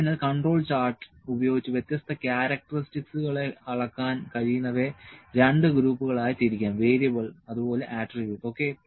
അതിനാൽ control chart ഉപയോഗിച്ച് വ്യത്യസ്ത ക്യാരക്ടറിസ്റ്റിക്സുകളെ അളക്കാൻ കഴിയുന്നവയെ രണ്ട് ഗ്രൂപ്പുകളായി തിരിക്കാം വേരിയബിൾ അതുപോലെ ആട്രിബ്യൂട്ട് ഓക്കേ